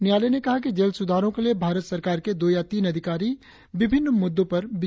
न्यायालय ने कहा कि जेल सुधारों के लिए भारत सरकार के दो या तीन अधिकारी विभिन्न मुद्दों पर विचार करेंगे